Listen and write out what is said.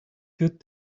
good